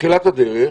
בתחילת הדרך,